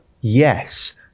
yes